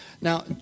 Now